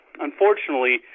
unfortunately